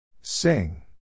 Sing